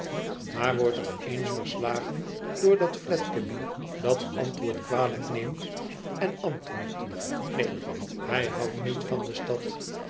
maar wordt op eens verslagen door dat fledgeby dat antwoord kwalijk neemt en antwoordt neen hij houdt niet van de stad